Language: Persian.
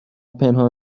پنهان